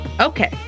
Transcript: Okay